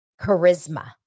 charisma